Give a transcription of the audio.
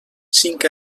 cinc